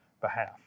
behalf